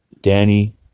Danny